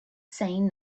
saying